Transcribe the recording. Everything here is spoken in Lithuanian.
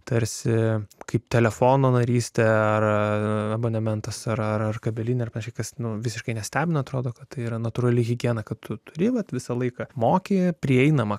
tarsi kaip telefono narystę ar abonementas ar kabelinė ar plėšikas nuo visiškai nestebina atrodo kad tai yra natūrali higiena kad tu turi vat visą laiką moki prieinamą